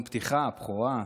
נאום פתיחה, בכורה.